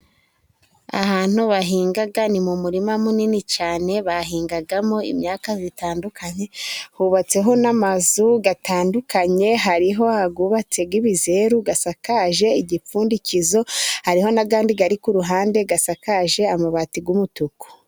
Ahantu bahinga ni mu murima munini cyane bahingamo imyaka itandukanye, hubatseho n'amazu atandukanye, hariho ayubatse nk'ibizeru asakaje igipfundikizo, hariho n'ayandi ari ku ruhande asakaje amabati y'umutuku.